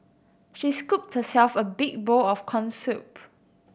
she scooped herself a big bowl of corn soup